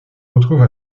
retrouve